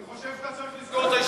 אני חושב שאתה צריך לסגור את הישיבה.